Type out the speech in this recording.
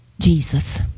Jesus